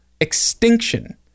extinction